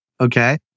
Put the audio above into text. Okay